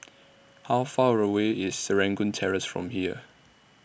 How Far away IS Serangoon Terrace from here